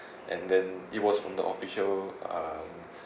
and then it was from the official um